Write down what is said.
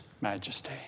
majesty